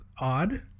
odd